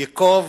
ייקוב